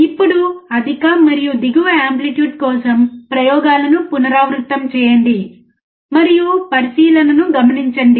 ఇప్పుడు అధిక మరియు దిగువ ఆంప్లిట్యూడ్ కోసం ప్రయోగాలను పునరావృతం చేయండి మరియు పరిశీలనలను గమనించండి